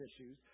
issues